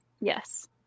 Yes